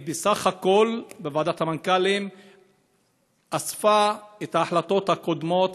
ועדת המנכ"לים בסך הכול אספה את ההחלטות הקודמות,